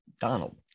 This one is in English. donald